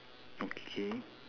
okay